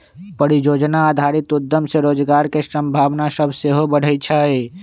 परिजोजना आधारित उद्यम से रोजगार के संभावना सभ सेहो बढ़इ छइ